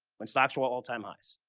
when stocks were all-time highs,